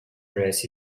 dress